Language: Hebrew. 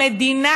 המדינה,